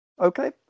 Okay